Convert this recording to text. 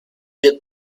wird